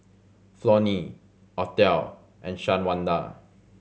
Flonnie Othel and Shawanda